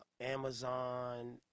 Amazon